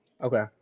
Okay